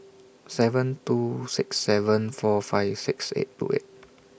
seven two six seven four five six eight two eight